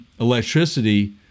electricity